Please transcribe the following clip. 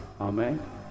Amen